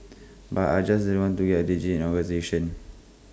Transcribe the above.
but I just didn't want to get digit in organisation